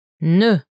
Ne